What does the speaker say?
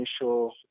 initial